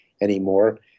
anymore